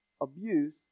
abuse